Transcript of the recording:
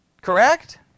Correct